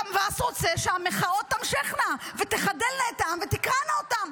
ואף רוצה שהמחאות תמשכנה ותחדלנה את העם ותקרענה אותו.